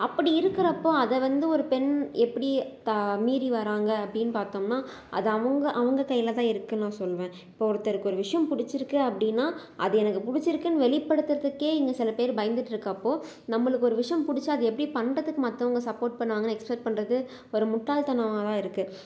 அப்படி இருக்கிறப்போ அதை வந்து ஒரு பெண் எப்படி த மீறி வராங்க அப்படினு பார்த்தோம்னா அது அவங்க அவங்க கையில் தான் இருக்குதுனு நான் சொல்லுவன் இப்போ ஒருத்தருக்கு ஒரு விஷயம் பிடிச்சிருக்கு அப்படினா அது எனக்கு பிடிச்சிருக்குன்னு வெளிப்படுத்துறதுக்கு இங்கே சில பேர் பயந்துகிட்டு இருக்கறப்போ நம்மளுக்கு ஒரு விஷயம் பிடிச்சா அதை எப்படி பண்ணுறதுக்கு மற்றவங்க எப்படி சப்போர்ட் பண்ணுவாங்கனு எக்ஸ்பெக்ட் பண்ணுறது ஒரு முட்டாள் தனமாக இருக்குது